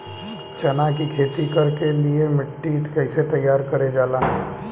चना की खेती कर के लिए मिट्टी कैसे तैयार करें जाला?